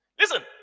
Listen